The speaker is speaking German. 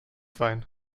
sein